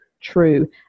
true